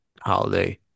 holiday